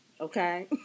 Okay